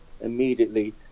immediately